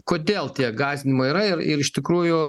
kodėl tie gąsdinimai yra ir ir iš tikrųjų